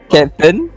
Captain